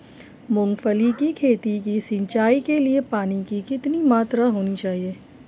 मूंगफली की खेती की सिंचाई के लिए पानी की कितनी मात्रा होनी चाहिए?